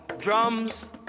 drums